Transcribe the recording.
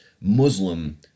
Muslim